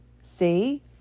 See